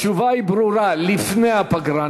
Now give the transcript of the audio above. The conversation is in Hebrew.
התשובה היא ברורה: לפני הפגרה,